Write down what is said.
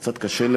קצת קשה,